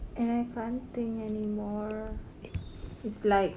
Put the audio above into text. and I can't think anymore it's like